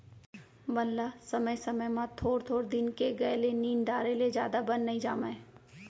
बन ल समे समे म थोर थोर दिन के गए ले निंद डारे ले जादा बन नइ जामय